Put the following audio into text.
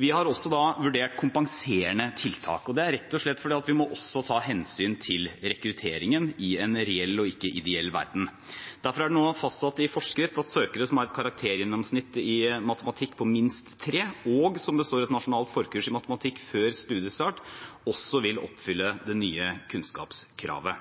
Vi har også vurdert kompenserende tiltak, og det er rett og slett fordi vi også må ta hensyn til rekrutteringen i en reell og ikke ideell verden. Derfor er det nå fastsatt i forskrift at søkere som har et karaktergjennomsnitt i matematikk på minst 3, og som består et nasjonalt forkurs i matematikk før studiestart, også vil oppfylle det nye kunnskapskravet.